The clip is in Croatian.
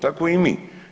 Tako i mi.